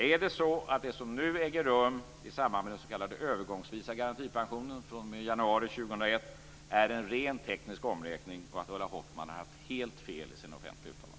Är det så att det som nu äger rum i samband med den s.k. övergångsvisa garantipensionen fr.o.m. januari 2001 är en rent teknisk omräkning och att Ulla Hoffmann har haft helt fel i sina offentliga uttalanden?